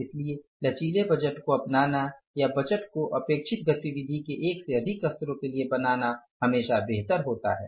इसलिए लचीले बजट को अपनाना या बजट को अपेक्षित गतिविधि के एक से अधिक स्तरों के लिए बनाना हमेशा बेहतर होता है